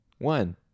one